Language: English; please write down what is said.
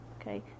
Okay